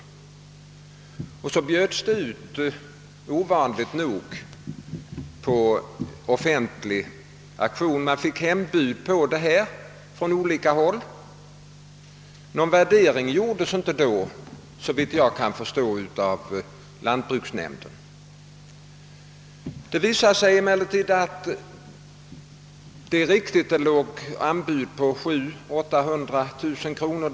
Ovanligt 'nog bjöds detta innehav ut på offentlig auktion. Man fick anbud från olika håll. Någon värdering gjordes inte då, såvitt jag kan förstå, av lantbruksnämnden. Det är riktigt att anbuden rörde sig kring 700 000—3800 000 kronor.